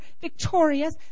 victorious